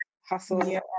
hustle